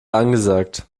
angesagt